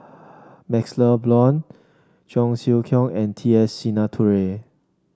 MaxLe Blond Cheong Siew Keong and T S Sinnathuray